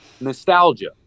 nostalgia